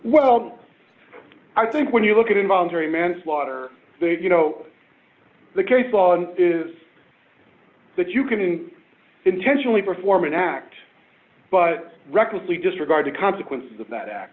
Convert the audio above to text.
well i think when you look at involuntary manslaughter you know the case all is that you can intentionally perform an act but recklessly just regard to consequences of that act